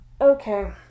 Okay